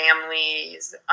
families